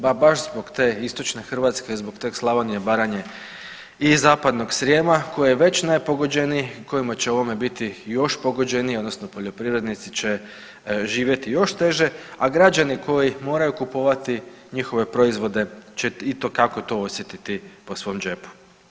Pa baš zbog te istočne Hrvatske i zbog te Slavonije, Baranje i zapadnog Srijema koji je već najpogođeniji i koji će ovime biti još pogođeniji odnosno poljoprivrednici će živjeti još teže, a građani koji moraju kupovati njihove proizvode će itekako to osjetiti po svom džepu.